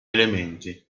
elementi